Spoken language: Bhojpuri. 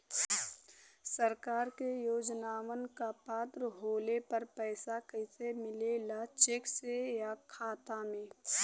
सरकार के योजनावन क पात्र होले पर पैसा कइसे मिले ला चेक से या खाता मे?